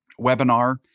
webinar